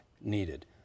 needed